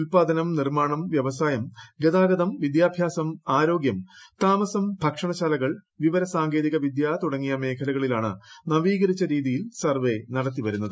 ഉൽപാദനം നിർമ്മാണം വൃവസായം ഗതാഗതം വിദ്യാഭ്യാസം ആരോഗ്യം താമസം ഭക്ഷണശാലകൾ വിവരസാങ്കേതിക വിദ്യ തുടങ്ങിയ മേഖലകളിലാണ് നവീകരിച്ച രീതിയിൽ സർവ്വേ നടത്തി വരുന്നത്